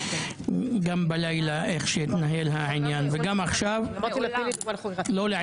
גם איך שהתנהל העניין בלילה וגם עכשיו לא לעניין.